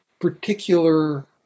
particular